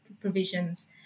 provisions